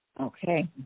Okay